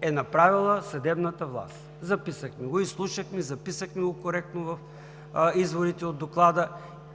е направила съдебната власт – изслушахме, записахме го коректно в изводите от Доклада